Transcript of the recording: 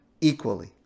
equally